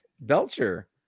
Belcher